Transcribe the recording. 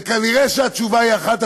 וכנראה התשובה היא אחת,